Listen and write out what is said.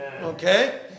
Okay